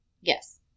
Yes